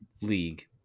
league